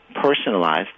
personalized